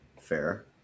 Fair